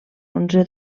onze